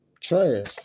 trash